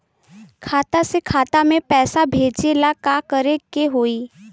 खाता से खाता मे पैसा भेजे ला का करे के होई?